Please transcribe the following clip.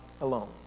alone